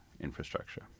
infrastructure